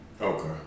Okay